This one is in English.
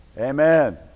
Amen